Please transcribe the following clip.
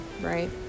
right